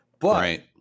But-